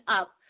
up